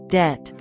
debt